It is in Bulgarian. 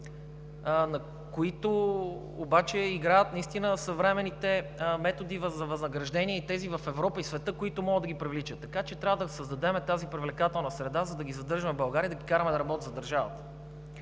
обаче играят съвременните методи за възнаграждение и в Европа, и в света, които могат да ги привличат. Така че трябва да създадем тази привлекателна среда, за да ги задържаме в България, да ги караме да работят за държавата.